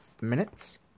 minutes